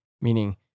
meaning